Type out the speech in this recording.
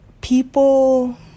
people